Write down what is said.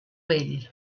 vell